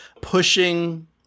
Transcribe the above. pushing